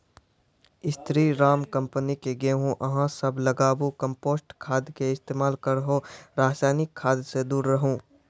स्री Ram company के गेहूँ अहाँ सब लगाबु कम्पोस्ट खाद के इस्तेमाल करहो रासायनिक खाद से दूर रहूँ?